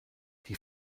die